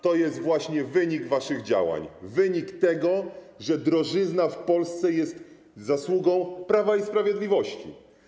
To jest właśnie wynik waszych działań, wynik tego, że drożyzna w Polsce jest zasługą Prawa i Sprawiedliwości.